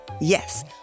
Yes